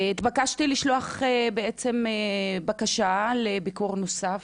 נתבקשתי לשלוח בקשה לביקור נוסף,